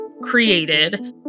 created